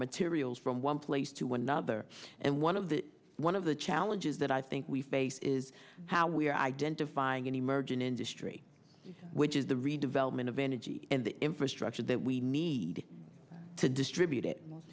materials from one place to another and one of the one of the challenges that i think we face is how we're identifying an emerging industry which is the redevelopment of energy and the infrastructure that we need to distribute it